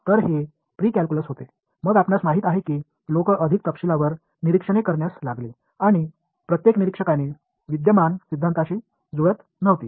तर ते प्रीकॅल्क्युलस होते मग आपणास माहित आहे की लोक अधिक तपशीलवार निरीक्षणे करण्यास लागले आणि प्रत्येक निरीक्षने विद्यमान सिद्धांताशी जुळत नव्हती